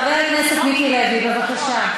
חבר הכנסת מיקי לוי, בבקשה.